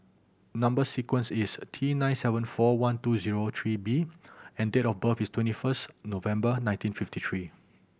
number sequence is T nine seven four one two zero three B and date of birth is twenty first November nineteen fifty three